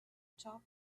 talk